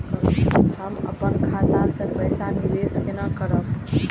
हम अपन खाता से पैसा निवेश केना करब?